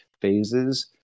phases